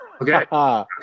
okay